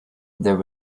there